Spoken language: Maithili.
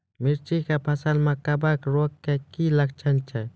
मिर्ची के फसल मे कवक रोग के की लक्छण छै?